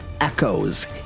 echoes